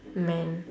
man